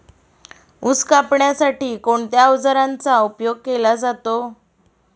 ऊस कापण्यासाठी कोणत्या अवजारांचा उपयोग केला जातो?